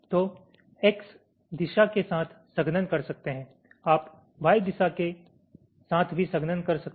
तो X दिशा के साथ संघनन कर सकते हैं आप Y दिशा के साथ भी संघनन कर सकते हैं